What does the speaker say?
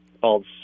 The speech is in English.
called